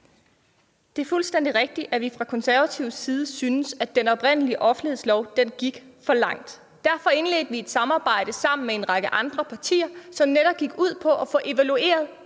Det er fuldstændig rigtigt, at vi fra konservativ side synes, at den oprindelige offentlighedslov gik for langt. Derfor indledte vi et samarbejde med en række andre partier, som netop gik ud på at få evalueret